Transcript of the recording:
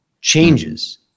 changes